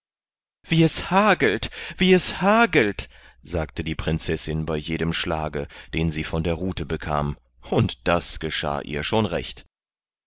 wie es hagelt wie es hagelt sagte die prinzessin bei jedem schlage den sie von der rute bekam und das geschah ihr schon recht